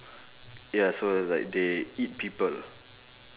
ya so it's like they eat people